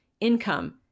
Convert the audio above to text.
income